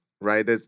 right